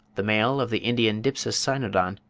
the male of the indian dipsas cynodon,